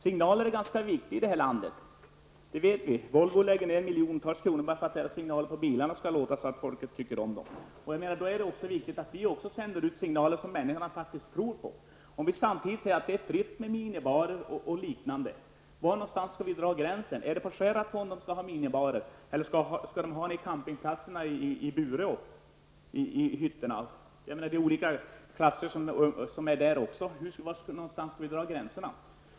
Signaler är ganska viktiga i det här landet, det vet vi; Volvo lägger miljontals kronor på att signalerna i bilarna skall låta på ett sätt som folk tycker om. Då är det viktigt att vi sänder ut signaler som människor faktiskt tror på. Om vi säger att det är fritt med minibarer och liknande, var någonstans skall vi då dra gränsen? Bureå? Det är fråga om olika klasser också här. Var skall vi dra gränserna?